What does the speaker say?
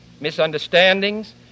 misunderstandings